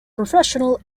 professional